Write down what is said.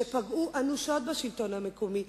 שפגעו אנושות בשלטון המקומי.